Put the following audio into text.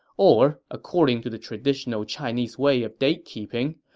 or, according to the traditional chinese way of date-keeping,